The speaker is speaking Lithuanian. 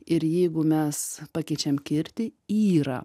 ir jeigu mes pakeičiam kirtį yra